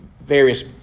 various